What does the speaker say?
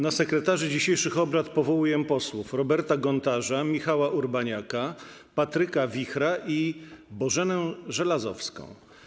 Na sekretarzy dzisiejszych obrad powołuję posłów Roberta Gontarza, Michała Urbaniaka, Patryka Wichra i Bożenę Żelazowską.